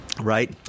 Right